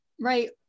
Right